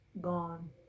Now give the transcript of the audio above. gone